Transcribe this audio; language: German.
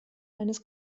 eines